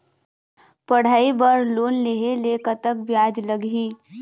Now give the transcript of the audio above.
पढ़ई बर लोन लेहे ले कतक ब्याज लगही?